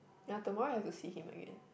ya tomorrow have to see him again